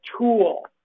tool